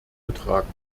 getragen